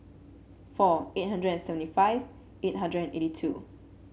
four eight hundred and seventy five eight hundred and eighty two